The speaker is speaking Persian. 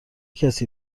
کسی